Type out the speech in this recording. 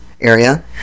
area